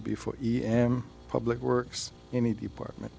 before e m public works any department